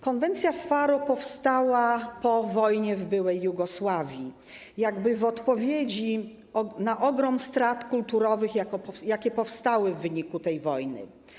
Konwencja z Faro powstała po wojnie w byłej Jugosławii jakby w odpowiedzi na ogrom strat kulturowych, jakie powstały w wyniku tej wojny.